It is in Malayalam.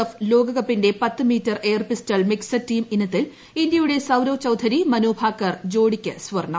എഫ് ലോകകപ്പിന്റെ പത്ത് metre air pistol mixed team ഇനത്തിൽ ഇന്ത്യയുടെ സൌരഭ് ചൌധരി മനു ഭാകർ ജോഡിക്ക് സ്വർണ്ണം